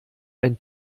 ein